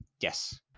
Yes